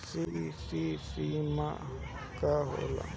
CC सीमा का होला?